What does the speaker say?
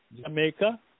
Jamaica